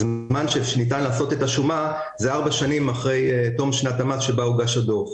ניתן לעשות את השומה 4 שנים אחרי תום שנת המס שבה הוגש הדוח.